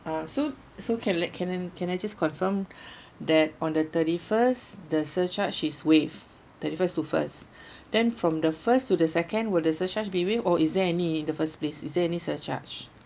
uh so so can let can I can I just confirm that on the thirty first the surcharge is waive thirty first to first then from the first to the second will the surcharge be waive or is there any in the first place is there any surcharge